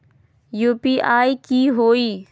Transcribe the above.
UPI की होई?